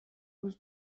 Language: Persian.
روز